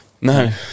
No